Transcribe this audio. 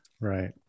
Right